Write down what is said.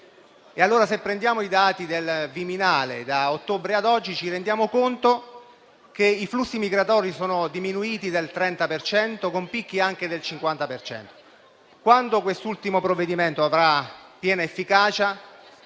Se prendiamo i dati del Viminale da ottobre ad oggi, ci rendiamo conto che i flussi migratori sono diminuiti del 30 per cento, con picchi anche del 50 per cento. Quando quest'ultimo provvedimento avrà piena efficacia